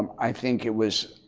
um i think it was,